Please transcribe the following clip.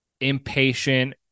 impatient